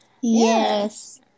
yes